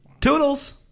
Toodles